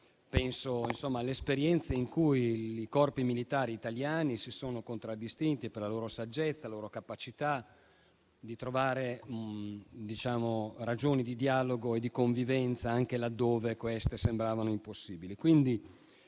penso alle esperienze in cui i corpi militari italiani si sono contraddistinti per la loro saggezza e la loro capacità di trovare ragioni di dialogo e di convivenza, anche laddove queste sembravano impossibili.